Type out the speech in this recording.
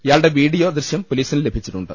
ഇയാളുടെ വീഡിയോ ദൃശൃം പൊലീസിന് ലഭിച്ചിട്ടുണ്ട്